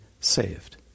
saved